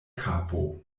kapo